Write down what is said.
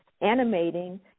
animating